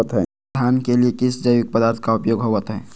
धान के लिए किस जैविक पदार्थ का उपयोग होवत है?